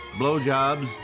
blowjobs